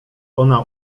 ona